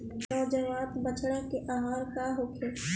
नवजात बछड़ा के आहार का होखे?